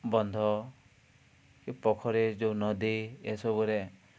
ବନ୍ଧ କି ପୋଖରୀ ଯେଉଁ ନଦୀ ଏସବୁରେ